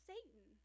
Satan